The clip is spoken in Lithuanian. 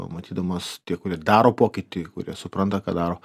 matydamas tie kurie daro pokytį kurie supranta ką daro